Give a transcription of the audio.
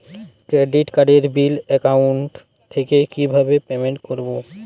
Credit কার্ডের bill account থেকে কিভাবে পেমেন্ট করবো?